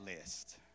list